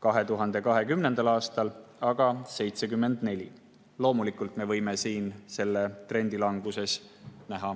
2020. aastal aga 74%. Loomulikult, me võime siin selle trendi languses näha